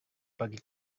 pergi